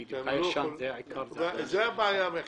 זה הבעיה.